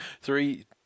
three